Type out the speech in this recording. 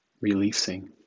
Releasing